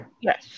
Yes